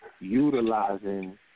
utilizing